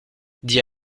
dit